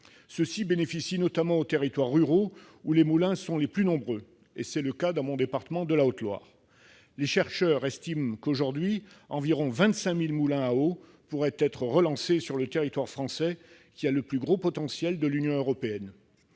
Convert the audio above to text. bénéficie notamment aux territoires ruraux, où les moulins sont les plus nombreux, à l'instar de mon département, la Haute-Loire. Les chercheurs estiment que, aujourd'hui, environ 25 000 moulins à eau pourraient être relancés sur le territoire français, qui a le plus gros potentiel de l'Union européenne.